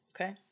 okay